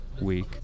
week